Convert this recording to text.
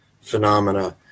phenomena